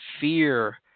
fear